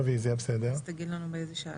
הוספת יום חופשה והסדר להשלמת שעות חסרות),